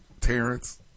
Terrence